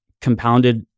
compounded